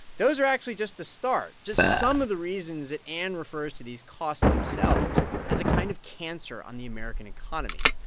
those are actually just the start, just some of the reasons that anne refers to these costs themselves as a kind of cancer on the american economy.